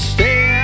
Stay